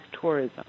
tourism